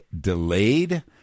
delayed